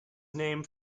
named